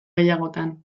gehiagotan